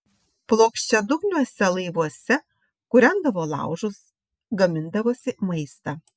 plokščiadugniuose laivuose kūrendavo laužus gamindavosi maistą